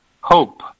Hope